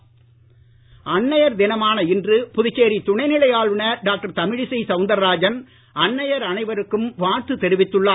அன்னையர் தமிழிசை அன்னையர் தினமான இன்று புதுச்சேரி துணை நிலை ஆளுநர் டாக்டர் தமிழிசை சவுந்தரராஜன் அன்னையர் அனைவருக்கும் வாழ்த்து தெரிவித்துள்ளார்